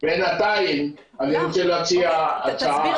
בינתיים אני רוצה להציע הצעה אחרת,